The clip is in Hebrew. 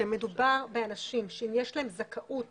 שמדובר באנשים שאם יש להם זכאות